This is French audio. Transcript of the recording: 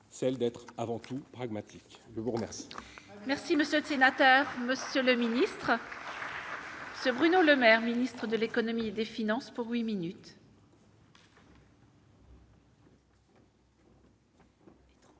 celle d'être avant tout pragmatique, je vous remercie. Merci Monsieur de sénateur, monsieur le ministre, ce Bruno Lemaire minutes. Faute de l'économie et des finances pour 8 minutes.